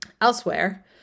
Elsewhere